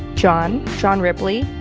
john john ripley,